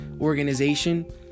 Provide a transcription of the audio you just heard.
organization